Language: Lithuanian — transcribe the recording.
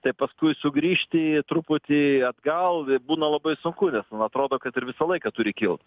tai paskui sugrįžti truputį atgal būna labai sunku nes mum atrodo kad ir visą laiką turi kilt